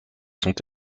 sont